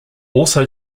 also